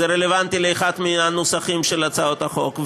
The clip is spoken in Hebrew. זה רלוונטי לאחד מן הנוסחים של הצעת החוק.